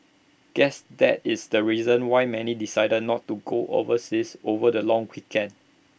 guess that is the reason why many decided not to go overseas over the long weekend